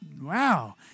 wow